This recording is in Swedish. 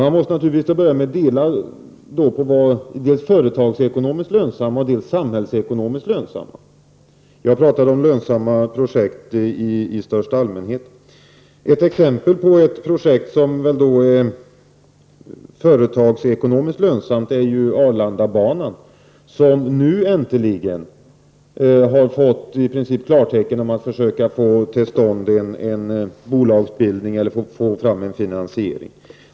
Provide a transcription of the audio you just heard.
Man måste naturligtvis till att börja med skilja mellan det företagsekonomiskt lönsamma och det samhällsekonomiskt lönsamma. Jag pratar om lönsamma projekt i största allmänhet. Ett exempel på projekt som är företagsekonomiskt lönsamma är Arlandabanan. Där har det nu äntligen givits klartecken i princip för att man skall försöka få till stånd en bolagsbildning eller på annat sätt få fram en finansiering.